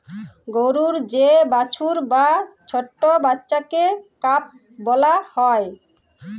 গরুর যে বাছুর বা ছট্ট বাচ্চাকে কাফ ব্যলা হ্যয়